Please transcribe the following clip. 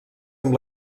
amb